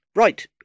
Right